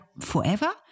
forever